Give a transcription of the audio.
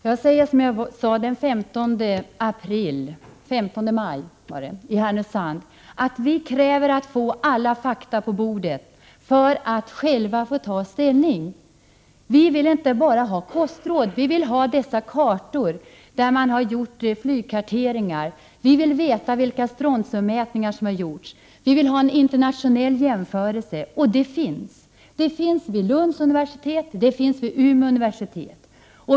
Herr talman! Jag säger som jag sade den 15 maj i Härnösand: Vi kräver att få alla fakta på bordet för att själva få ta ställning. Vi vill inte bara ha kostråd. Vi vill ha kartorna från flygkarteringar. Vi vill veta vilka strontiummätningar som har gjorts. Vi vill ha en internationell jämförelse — och en sådan finns. Den finns vid Lunds universitet och vid Umeå universitet.